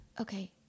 Okay